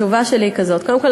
התשובה שלי היא כזאת: קודם כול,